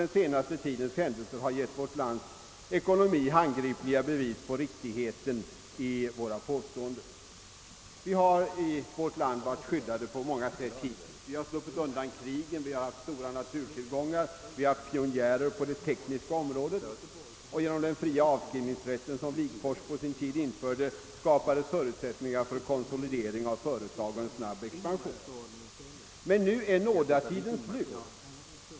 Den senaste tidens händelser har gett vårt lands ekonomi handgripliga bevis på riktigheten i dessa påståenden. Vårt land har hittills på många sätt varit skyddat. Vi har sluppit undan krigen, vi har haft stora naturtillgångar, vi har haft pionjärer på det tekniska området, och genom den fria avskrivningsrätten, som Wigforss på sin tid införde, skapades förutsättningar för konsolidering av företagen och för en snabb expansion. Men nu är nådatiden slut.